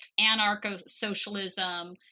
anarcho-socialism